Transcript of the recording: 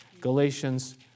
Galatians